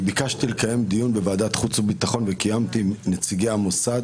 ביקשתי לקיים דיון בוועדת חוץ וביטחון וקיימתי עם נציגי המוסד